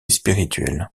spirituelle